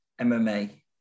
MMA